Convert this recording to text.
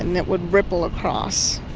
and it would ripple across.